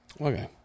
Okay